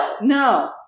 No